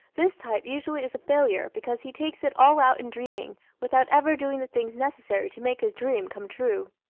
this type usually is a failure because he takes it all out in dreaming without ever doing the things necessary to make his dream come true.